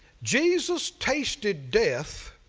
jesus tasted death